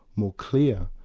more clear,